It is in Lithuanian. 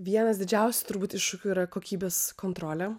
vienas didžiausių turbūt iššūkių yra kokybės kontrolė